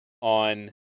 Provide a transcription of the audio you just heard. on